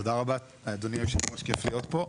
תודה רבה, אדוני היושב-ראש, כיף להיות פה.